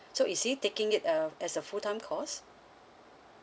so is he taking it um as a full time course